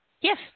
Yes